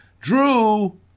Drew